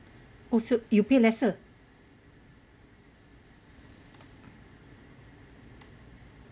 oh so you pay lesser